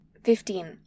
Fifteen